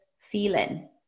feeling